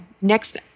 next